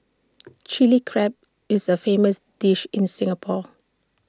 Chilli Crab is A famous dish in Singapore